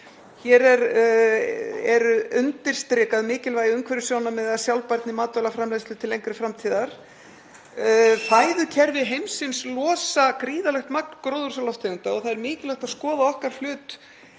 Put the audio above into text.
Hér er undirstrikað mikilvægi umhverfissjónarmiða og sjálfbærni matvælaframleiðslu til lengri framtíðar. Fæðukerfi heimsins losa gríðarlegt magn gróðurhúsalofttegunda og það er mikilvægt að skoða okkar hlut